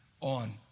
on